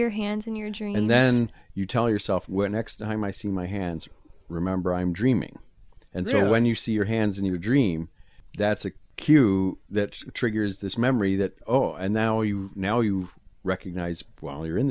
your hands in your dream and then you tell yourself where next time i see my hands remember i'm dreaming and so when you see your hands and you dream that's a cue that triggers this memory that oh and now you now you recognize while you're in